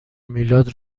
میلاد